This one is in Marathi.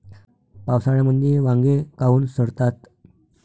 पावसाळ्यामंदी वांगे काऊन सडतात?